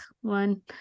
one